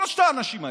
שלושת האנשים האלה.